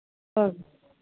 okay